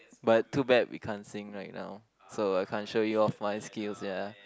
but too bad we can't sing right now so I can't show you off my skills ya